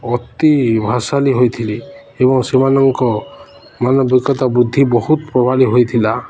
ଅତି ଭାଷାଲି ହୋଇଥିଲି ଏବଂ ସେମାନଙ୍କ ମାନବିକତା ବୃଦ୍ଧି ବହୁତ ପ୍ରଭବୀ ହୋଇଥିଲା